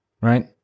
Right